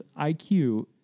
IQ